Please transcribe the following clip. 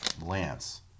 Lance